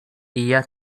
hija